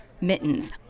mittens